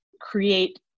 create